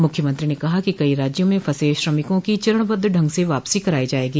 मुख्यमंत्री ने कहा कि कई राज्यों में फंसे श्रमिकों की चरणबद्ध ढंग से वापसी कराई जायेगी